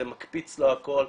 זה מקפיץ לו הכל.